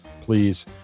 please